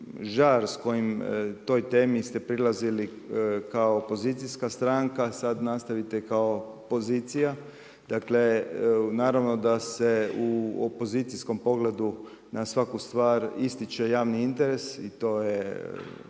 žar s kojim toj temi ste prilazili kao opozicijska stranka, sada nastavite kao pozicija. Dakle, naravno da se u opozicijskom pogledu na svaku stvar ističe javni interes i to je,